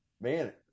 man